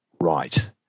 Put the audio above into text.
right